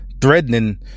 threatening